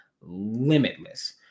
limitless